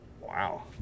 Wow